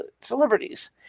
celebrities